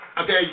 Okay